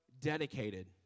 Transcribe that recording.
dedicated